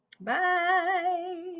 Bye